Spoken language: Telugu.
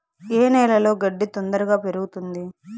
ఏ నేలలో గడ్డి తొందరగా పెరుగుతుంది